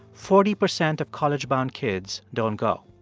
forty percent of college-bound kids don't go.